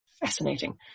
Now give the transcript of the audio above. fascinating